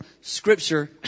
scripture